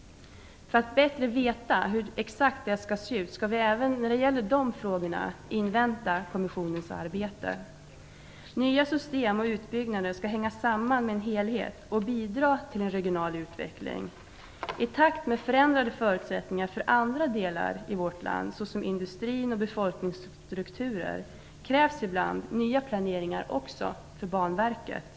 För att bättre veta exakt hur det skall se ut skall vi även i dessa frågor invänta kommissionens arbete. Nya system och utbyggnader skall hänga samman med en helhet och bidra till en regional utveckling. I takt med förändrade förutsättningar för andra delar i vårt land såsom industrin och befolkningsstrukturen krävs ibland ny planering även för Banverket.